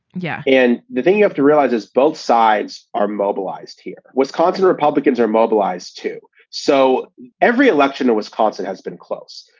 yeah and the thing you have to realize is both sides are mobilized here. wisconsin republicans are mobilized, too. so every election in wisconsin has been close.